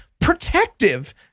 protective